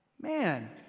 man